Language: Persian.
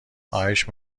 خواهش